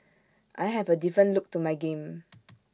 I have A different look to my game